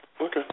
okay